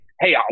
Hey